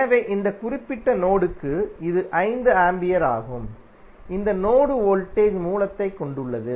எனவே இந்த குறிப்பிட்ட நோடுக்கு இது 5 ஆம்பியர் ஆகும் இந்த நோடு வோல்டேஜ் மூலத்தைக் கொண்டுள்ளது